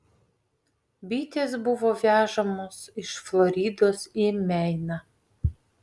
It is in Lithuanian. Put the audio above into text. bitės buvo vežamos iš floridos į meiną